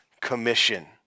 commission